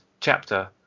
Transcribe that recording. chapter